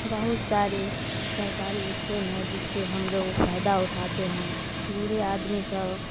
بہت سارے سرکاری اسکیم ہیں جس سے ہم لوگ فائدہ اٹھاتے ہیں بوڑھے آدمی سب